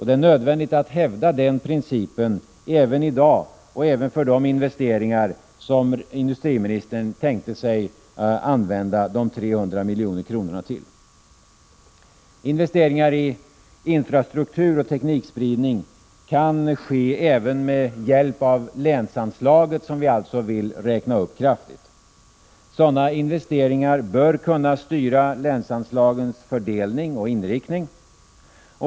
Det är nödvändigt att hävda den principen även i dag och även för de investeringar som industriministern tänkte sig att använda de 300 miljonerna till. Investeringar i infrastruktur och teknikspridning kan ske även med hjälp av länsanslaget, som vi alltså vill räkna upp kraftigt. Sådana investeringar bör kunna styra länsanslagens fördelning och inriktning.